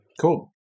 Cool